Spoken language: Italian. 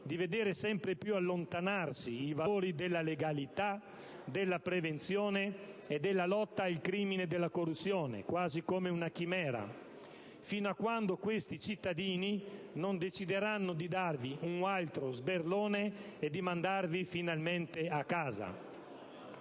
di vedere sempre più allontanarsi i valori della legalità, della prevenzione e della lotta al crimine della corruzione, quasi come una chimera. Fino a quando questi cittadini non decideranno di darvi un altro sberlone e di mandarvi finalmente a casa.